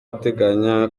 ateganya